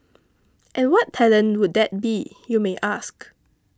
and what talent would that be you may ask